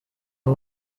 abo